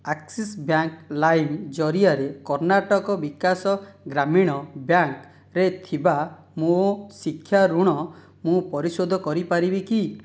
Axis bank ଲାଇମ୍ ଜରିଆରେ କର୍ଣ୍ଣାଟକ ବିକାଶ ଗ୍ରାମୀଣ ବ୍ୟାଙ୍କରେ ଥିବା ମୋ ଶିକ୍ଷା ଋଣ ମୁଁ ପରିଶୋଧ କରିପାରିବି କି